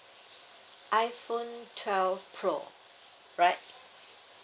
iphone twelve pro right